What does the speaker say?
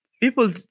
People